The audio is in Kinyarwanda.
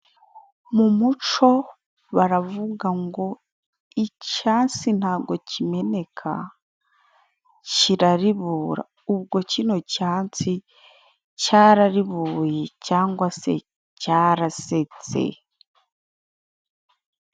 Mu muco baravuga ngo: Icyansi ntago kimeneka ,kiraribora ,ubwo kino cyansi cyararibuboye, cyangwa se cyarasetse.